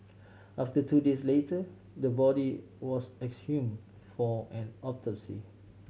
after two days later the body was exhume for an autopsy